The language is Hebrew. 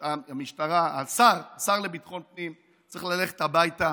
השר לביטחון הפנים צריך ללכת הביתה.